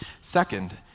Second